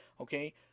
Okay